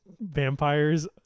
vampires